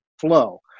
flow